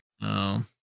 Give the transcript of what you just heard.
No